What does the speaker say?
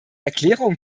erklärung